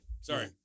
Sorry